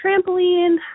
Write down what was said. trampoline